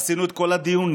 עשינו את כל הדיונים,